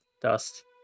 dust